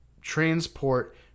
transport